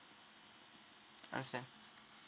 understand